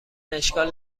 اشکال